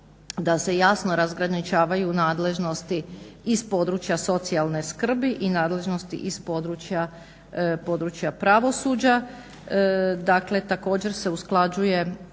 da se jasno razgraničavaju nadležnosti iz područja socijalne skrbi i nadležnosti iz područja pravosuđa. Dakle, također se usklađuje,